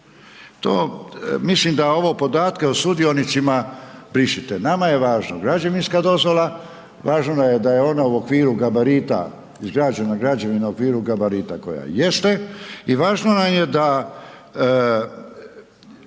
To, mislim da ovo podatke o sudionicima brišite. Nama je važno građevinska dozvola, važno nam je da je ona u okviru gabarita, izgrađena građevina u okviru gabarita koja jeste i važno nam je da